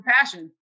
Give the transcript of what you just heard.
passion